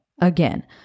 again